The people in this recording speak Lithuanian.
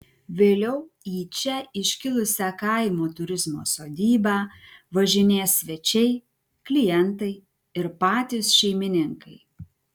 vėliau į čia iškilusią kaimo turizmo sodybą važinės svečiai klientai ir patys šeimininkai